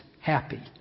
happy